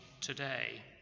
today